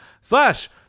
slash